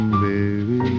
baby